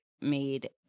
made